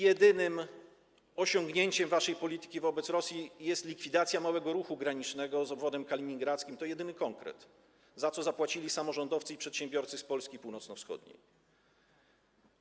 Jedynym osiągnięciem waszej polityki wobec Rosji jest likwidacja małego ruchu granicznego z obwodem kaliningradzkim - to jedyny konkret - za co zapłacili samorządowcy i przedsiębiorcy z północno-wschodniej Polski.